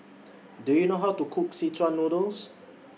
Do YOU know How to Cook Szechuan Noodle